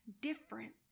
different